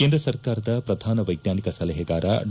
ಕೇಂದ್ರ ಸರ್ಕಾರದ ಪ್ರಧಾನ ವೈಜ್ವಾನಿಕ ಸಲಹೆಗಾರ ಕೆ